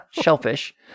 shellfish